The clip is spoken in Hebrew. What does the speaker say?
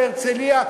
בהרצליה.